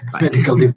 medical